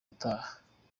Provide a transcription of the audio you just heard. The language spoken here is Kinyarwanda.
ataha